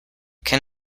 can